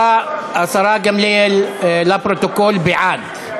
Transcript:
השרה גמליאל, לפרוטוקול, בעד.